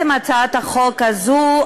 הצעת החוק הזאת,